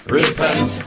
repent